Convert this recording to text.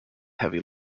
heavy